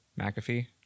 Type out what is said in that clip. mcafee